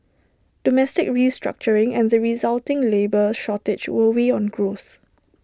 domestic restructuring and the resulting labour shortage will weigh on growth